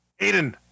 Aiden